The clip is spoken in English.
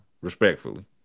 respectfully